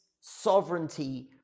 sovereignty